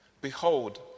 Behold